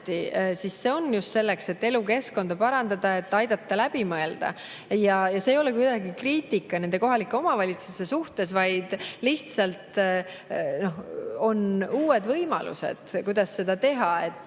siis just selleks, et elukeskkonda parandada, et aidata neid asju läbi mõelda. See ei ole kuidagi kriitika nende kohalike omavalitsuste suhtes, vaid lihtsalt on uued võimalused, kuidas seda teha, et